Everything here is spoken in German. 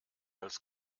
als